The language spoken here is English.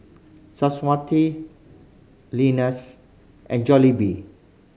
Swarovski Lenas and Jollibee